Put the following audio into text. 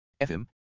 FM